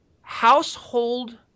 household